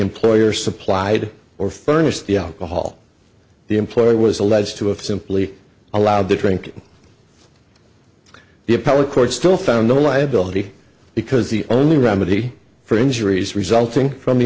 employer supplied or furnished the alcohol the employee was alleged to have simply allowed to drink the appellate court still found the liability because the only remedy for injuries resulting from the